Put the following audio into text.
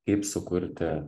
kaip sukurti